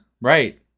Right